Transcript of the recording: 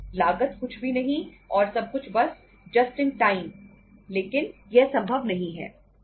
लागत कुछ भी नहीं और सबकुछ बस जस्ट इन टाइम लेकिन यह संभव नहीं है